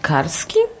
Karski